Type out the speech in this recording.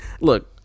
look